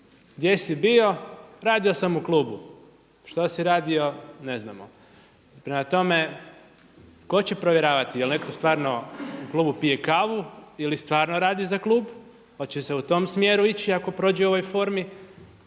Gdje si bio? Radio sam u klubu. Što si radio? Ne znamo. Prema tome, tko će provjeravati jel' netko stvarno u klubu pije kavu ili stvarno radi za klub? Hoće se u tom smjeru ići ako prođe u ovoj formi